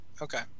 Okay